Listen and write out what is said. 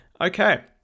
Okay